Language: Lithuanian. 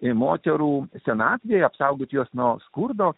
į moterų senatvei apsaugoti juos nuo skurdo